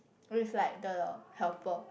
with like the helper